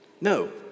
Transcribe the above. No